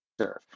serve